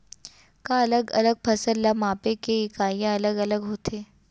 का अलग अलग फसल ला मापे के इकाइयां अलग अलग होथे?